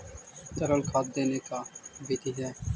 तरल खाद देने के का बिधि है?